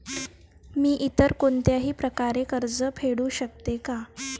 मी इतर कोणत्याही प्रकारे कर्ज फेडू शकते का?